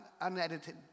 Unedited